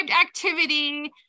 activity